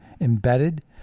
embedded